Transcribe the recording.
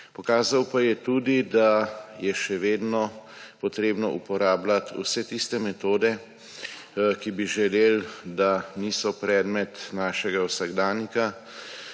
Pokazal pa je tudi, da je še vedno potrebno uporabljati vse tiste metode, za katere bi želeli, da niso predmet našega vsakdanjika.